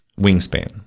wingspan